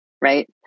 right